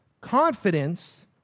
Confidence